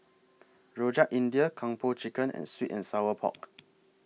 Rojak India Kung Po Chicken and Sweet and Sour Pork